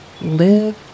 live